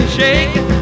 shake